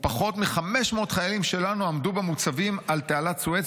ופחות מ-500 חיילים שלנו עמדו במוצבים על תעלת סואץ